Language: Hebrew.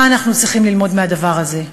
מה אנחנו צריכים ללמוד מהדבר הזה,